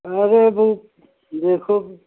अरे अभी देखो फ़िर